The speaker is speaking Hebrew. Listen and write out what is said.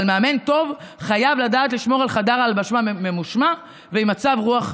אבל מאמן טוב חייב לדעת לשמור על חדר ההלבשה ממושמע ועם מצב רוח,